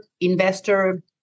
investor